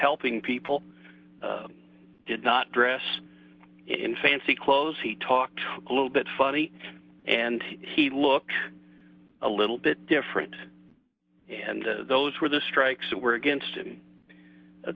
helping people did not dress in fancy clothes he talked a little bit funny and he looked a little bit different and those were the strikes that were against